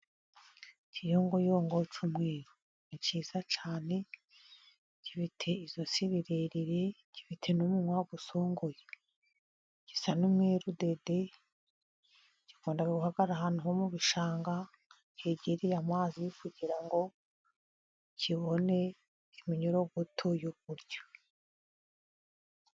Ikiyongoyongo cy'umweru, ni cyiza cyane gifite ijosi rirerire gifite n'umunwa usongoye, gisa n'umweru dede gikunda guhagarara ahantu ho mu bishanga, hegereye amazi kugira ngo kibone iminyorogoto yo kurya.